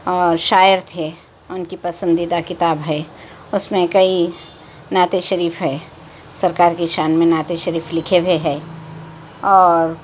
اور شاعر تھے ان کی پسندیدہ کتاب ہے اس میں کئی نعتِ شریف ہے سرکار کی شان میں نعت شریف لکھے ہوئے ہے اور